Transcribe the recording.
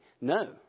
no